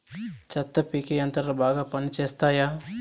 చెత్త పీకే యంత్రాలు బాగా పనిచేస్తాయా?